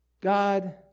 God